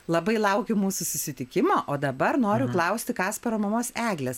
labai laukiu mūsų susitikimo o dabar noriu klausti kasparo mamos eglės